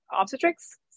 obstetrics